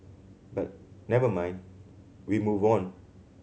but never mind we move on